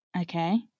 Okay